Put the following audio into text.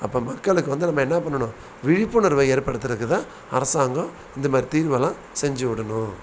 அப்போ மக்களுக்கு வந்து நம்ம என்ன பண்ணணும் விழிப்புணர்வை ஏற்படுத்துகிறக்கு தான் அரசாங்கம் இந்த மாதிரி தீர்வல்லாம் செஞ்சிவிடணும்